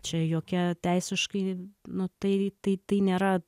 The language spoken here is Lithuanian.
čia jokia teisiškai nu tai tai tai nėra